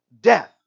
death